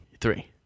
Three